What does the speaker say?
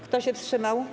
Kto się wstrzymał?